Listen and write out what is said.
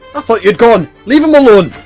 ah thought you'd gone! leave'em alone!